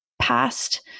past